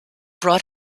brought